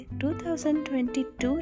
2022